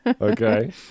Okay